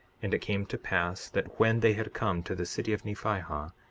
and it came to pass that when they had come to the city of nephihah,